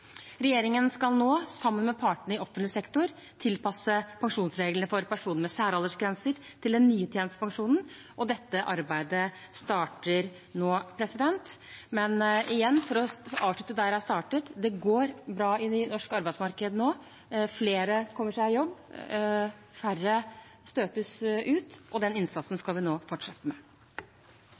Regjeringen skal nå, sammen med partene i offentlig sektor, tilpasse pensjonsreglene for personer med særaldersgrenser til den nye tjenestepensjonen. Dette arbeidet starter nå. Men igjen – for å avslutte der jeg startet: Det går bra på det norske arbeidsmarkedet nå. Flere kommer seg i jobb, færre støtes ut, og den innsatsen skal vi nå fortsette med.